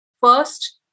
First